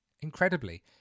Incredibly